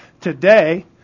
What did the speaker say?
today